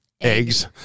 eggs